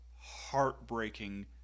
heartbreaking